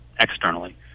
externally